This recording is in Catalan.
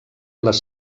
les